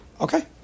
Okay